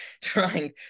trying